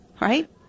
right